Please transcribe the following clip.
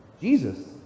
Jesus